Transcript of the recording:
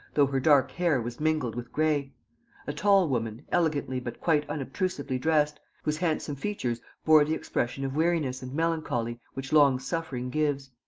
though her dark hair was mingled with gray a tall woman, elegantly but quite unobtrusively dressed, whose handsome features bore the expression of weariness and melancholy which long suffering gives.